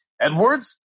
Edwards